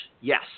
Yes